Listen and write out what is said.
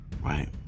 right